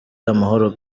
amahoro